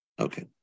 Okay